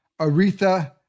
Aretha